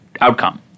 outcome